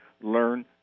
learn